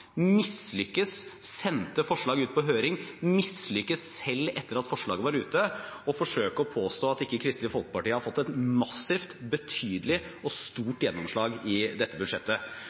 sendte forslaget ut på høring og mislyktes selv etter at forslaget var ute, å forsøke å påstå at Kristelig Folkeparti ikke har fått et massivt, betydelig og stort gjennomslag i dette budsjettet.